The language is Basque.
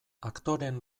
aktoreen